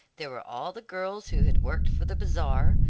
there were all the girls who had worked for the bazaar,